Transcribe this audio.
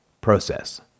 process